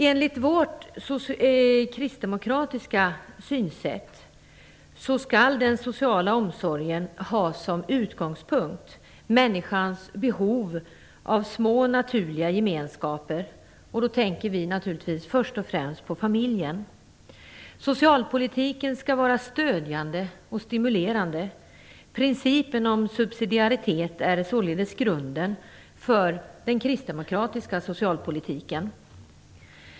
Enligt vårt kristdemokratiska synsätt skall den sociala omsorgen ha människans behov av små naturliga gemenskaper som utgångspunkt. Då tänker vi naturligtvis först och främst på familjen. Socialpolitiken skall vara stödjande och stimulerande. Principen om subsidiaritet är således grunden för den kristdemokratiska socialpolitiken.